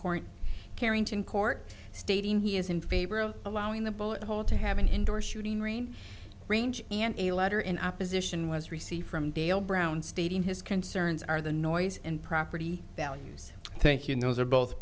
carrington court stating he is in favor of allowing the bullet hole to have an indoor shooting marine range and a letter in opposition was received from dale brown stating his concerns are the noise and property values thank you notes are both